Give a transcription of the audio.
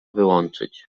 wyłączyć